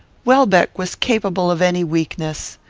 welbeck was capable of any weakness.